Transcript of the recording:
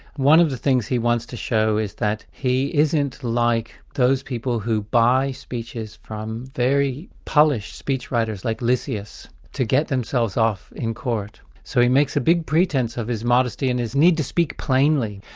one of the things he wants to show is that he isn't like those people who buy speeches from very polished speechwriters, like lyceus, to get themselves off in court. so he makes a big pretence of his modesty and his need to speak plainly.